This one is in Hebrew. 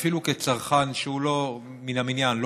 ואפילו כצרכן מן המניין,